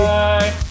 bye